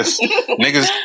Niggas